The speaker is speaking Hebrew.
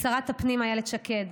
לשרת הפנים אילת שקד,